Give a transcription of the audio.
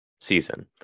season